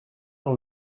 dans